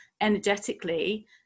energetically